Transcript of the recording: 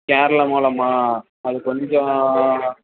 கேரளா மேளமா அதுக் கொஞ்சம்